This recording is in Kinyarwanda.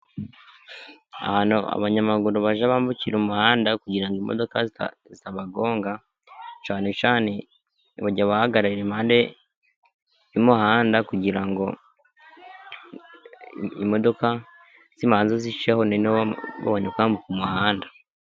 Abanyamaguru bajye babererekera umuhanda, kugirango imodoka zitabagonga. Cyane cyane bajye bahagarara impande y'umuhanda, imodoka zibanze ziceho noneho babone kwambuka umuhanda.